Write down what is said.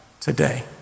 today